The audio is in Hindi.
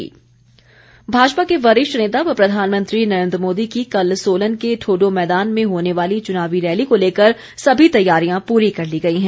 रैली तैयारियां भाजपा के वरिष्ठ नेता व प्रधानमंत्री नरेन्द्र मोदी की कल सोलन के ठोडो मैदान में होने वाली चुनावी रैली को लेकर समी तैयारियां पूरी कर ली गई हैं